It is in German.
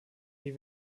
die